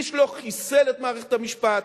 איש לא חיסל את מערכת המשפט.